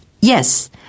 Yes